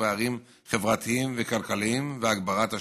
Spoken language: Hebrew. פערים חברתיים וכלכליים והגברת השוויון,